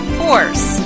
force